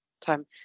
time